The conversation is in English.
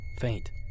faint